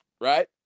Right